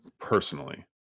personally